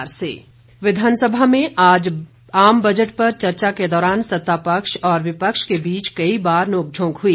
विधानसभा चर्चा विधानसभा में आज आम बजट पर चर्चा के दौरान सत्तापक्ष और विपक्ष के बीच कई बार नोंकझोक हुई